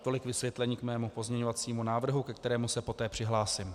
Tolik vysvětlení k mému pozměňovacímu návrhu, ke kterému se poté přihlásím.